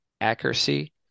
accuracy